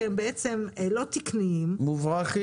כי הם בעצם לא תקניים --- מוברחים.